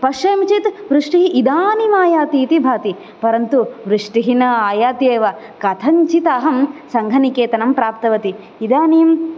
पश्यामि चेत् वृष्टिः इदानीम् आयाति इति भाति परन्तु वृष्टिः न आयाति एव कथञ्चिद् अहं सङ्घनिकेतनं प्राप्तवती इदानीं